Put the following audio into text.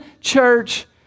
church